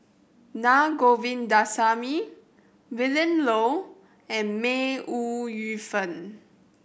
Naa Govindasamy Willin Low and May Ooi Yu Fen